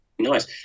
nice